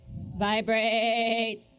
Vibrate